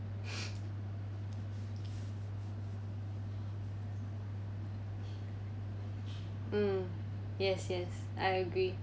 mm yes yes I agree